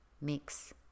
Mix